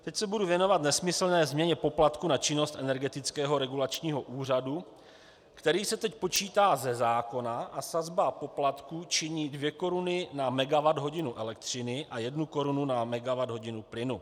Teď se budu věnovat nesmyslné změně poplatků na činnost Energetického regulačního úřadu, který se teď počítá ze zákona, a sazba poplatků činí dvě koruny na megawatthodinu elektřiny a jednu korunu na megawatthodinu plynu.